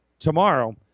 Tomorrow